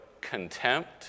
contempt